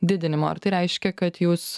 didinimo ar tai reiškia kad jūs